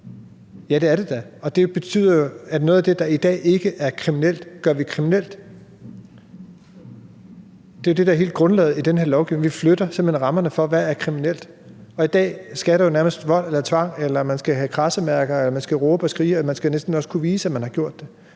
Ja, det er det da. Det betyder jo, at noget af det, der i dag ikke er kriminelt, gør vi kriminelt. Det er jo det, der er hele grundlaget i den her lovgivning. Vi flytter simpelt hen rammerne for, hvad der er kriminelt. I dag skal der jo nærmest vold eller tvang til, eller offeret skal have kradsemærker eller skal råbe og skrige og skal næsten også kunne vise, at man har gjort det,